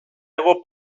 hego